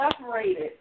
separated